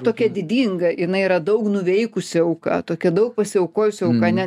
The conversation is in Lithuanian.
tokia didinga jinai yra daug nuveikusi auka tokia daug pasiaukojusi auka ne